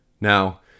Now